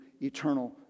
eternal